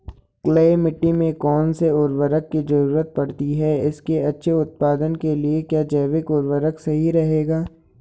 Clay मिट्टी में कौन से उर्वरक की जरूरत पड़ती है इसके अच्छे उत्पादन के लिए क्या जैविक उर्वरक सही रहेगा?